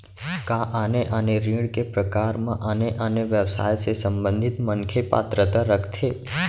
का आने आने ऋण के प्रकार म आने आने व्यवसाय से संबंधित मनखे पात्रता रखथे?